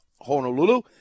Honolulu